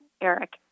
Eric